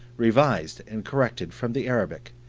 revised and corrected from the arabic.